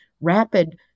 rapid